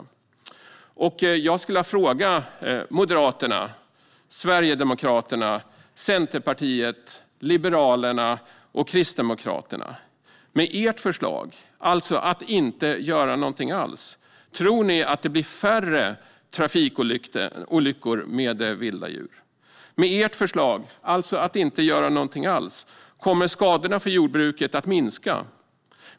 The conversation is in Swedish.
Jag skulle vilja ställa ett par frågor till Moderaterna, Sverigedemokraterna, Centerpartiet, Liberalerna och Kristdemokraterna. Med ert förslag, alltså att inte göra något alls, tror ni att det blir färre trafikolyckor med vilda djur? Med ert förslag, alltså att inte göra något alls, kommer skadorna för jordbruket att minska?